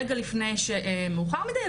רגע לפני שמאוחר מדי,